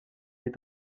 est